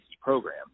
program